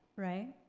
right,